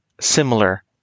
similar